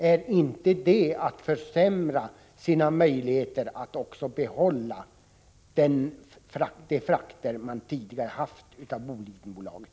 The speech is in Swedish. Är inte det att försämra sina möjligheter att behålla de frakter man tidigare haft åt Bolidenbolaget?